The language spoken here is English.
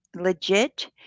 legit